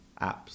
apps